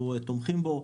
אנחנו תומכים בו,